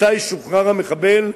מתי שוחרר המחבל,